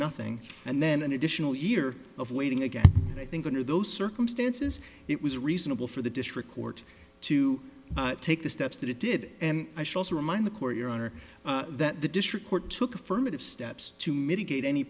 nothing and then an additional year of waiting again i think under those circumstances it was reasonable for the district court to take the steps that it did and i should also remind the court your honor that the district court took affirmative steps to mitigate any